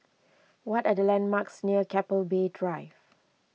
what are the landmarks near Keppel Bay Drive